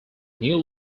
new